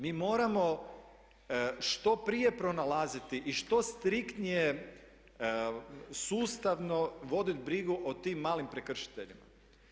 Mi moramo što prije pronalaziti i što striktnije sustavno voditi brigu o tim malim prekršiteljima.